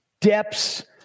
depths